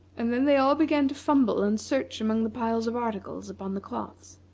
and then they all began to fumble and search among the piles of articles upon the cloths